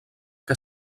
que